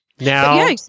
Now